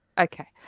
Okay